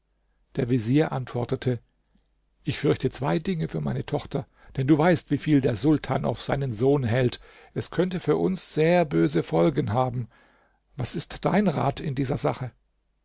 der vezier antwortete ich fürchte zwei dinge für meine tochter denn du weißt wieviel der sultan auf seinen sohn hält es könnte für uns sehr böse folgen haben was ist dein rat in dieser sache